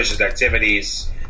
activities